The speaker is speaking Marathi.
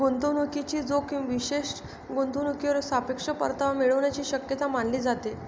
गुंतवणूकीचा जोखीम विशेष गुंतवणूकीवर सापेक्ष परतावा मिळण्याची शक्यता मानली जाते